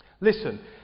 Listen